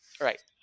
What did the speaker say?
Right